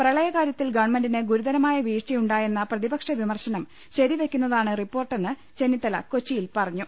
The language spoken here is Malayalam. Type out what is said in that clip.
പ്രളയകാര്യത്തിൽ ഗവൺമെന്റിന് ഗുരുത്രമായ വീഴ്ചയുണ്ടാ യെന്ന പ്രതിപക്ഷ വിമർശനം ശരിവെയ്ക്കുന്നതാണ് റിപ്പോർട്ടെന്ന് അദ്ദേഹം കൊച്ചിയിൽ പറഞ്ഞു